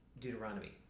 Deuteronomy